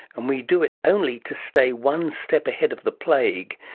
and we do it only to stay one step ahead of the plague.